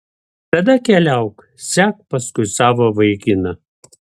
tada keliauk sek paskui savo vaikiną